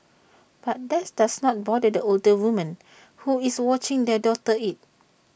but that does not bother the older woman who is watching their daughter eat